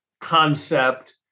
concept